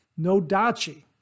Nodachi